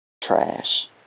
trash